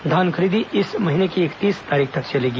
धान खरीदी इस महीने की इकतीस तारीख तक चलेगी